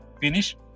finish